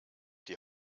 die